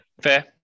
Fair